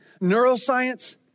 neuroscience